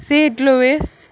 سیدلُوِس